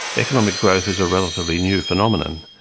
economic growth is a relatively new phenomenon,